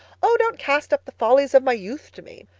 oh, don't cast up the follies of my youth to me.